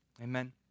Amen